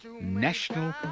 national